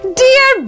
Dear